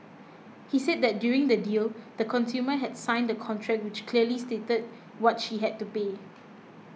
he said that during the deal the consumer had signed a contract which clearly stated what she had to pay